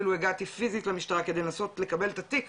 אפילו הגעתי פיסית למשטרה כדי לנסות לקבל את התיק,